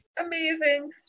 Amazing